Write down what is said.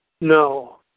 No